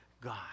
God